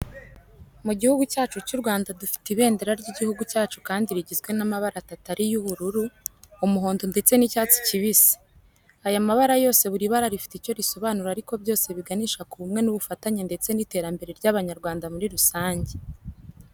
Mu gihugu cyacu cy'u Rwanda dufite ibendera ry'igihugu cyacu kandi rigizwe n'amabara atatu ariyo ubururu, umuhondo ndetse n'icyatsi kibisi. Aya mabara yose buri bara rifite icyo risobanura ariko byose biganisha k'ubumwe n'ubufatanye ndetse n'iterambere ry'abanyarwanda muri rusange.